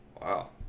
Wow